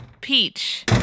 Peach